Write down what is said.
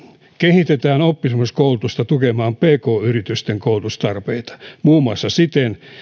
kehitetään oppisopimuskoulutusta tukemaan pk yritysten koulutustarpeita muun muassa siten